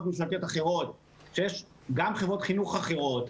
ממשלתיות אחרות שיש גם חברות חינוך אחרות,